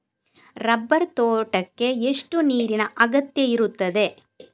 Rubber ತೋಟಕ್ಕೆ ಎಷ್ಟು ನೀರಿನ ಅಗತ್ಯ ಇರುತ್ತದೆ?